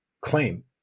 claim